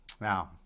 now